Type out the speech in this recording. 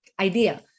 idea